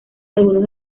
algunos